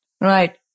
Right